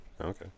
okay